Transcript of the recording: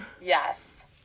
yes